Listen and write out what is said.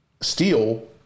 Steel